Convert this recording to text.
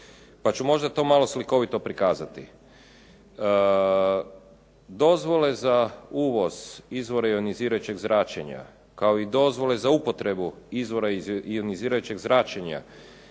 Pa ću možda to malo slikovito prikazati. Dozvole za uvoz izvora ionizirajućeg zračenja kao i dozvole za upotrebu izvora ionizirajućeg zračenja,